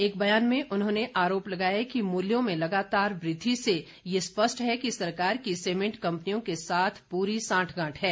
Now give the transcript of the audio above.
एक बयान में उन्होंने आरोप लगाया कि मूल्यों में लगातार वृद्धि से ये स्पष्ट है कि सरकार की सीमेंट कम्पनियों के साथ पूरी सांठ गांठ है